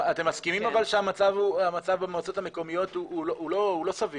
מסכימים שהמצב במועצות המקומיות הוא לא סביר,